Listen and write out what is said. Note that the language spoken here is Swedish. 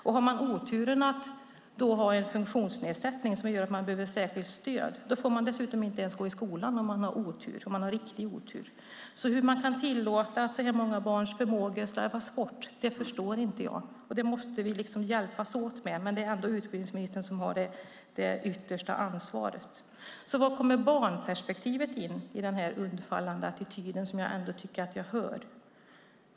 Om de dessutom har en funktionsnedsättning som gör att de behöver särskilt stöd får de inte ens gå i skolan om de har riktigt otur. Hur man kan tillåta att så många barns förmågor slarvas bort förstår jag inte. Det måste vi hjälpas åt med, men det är utbildningsministern som har det yttersta ansvaret. Var kommer barnperspektivet in i den undfallande attityd som jag tycker att jag hör?